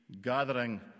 gathering